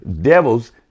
devils